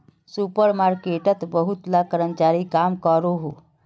super मार्केटोत बहुत ला कर्मचारी काम करोहो